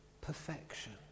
perfection